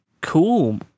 Cool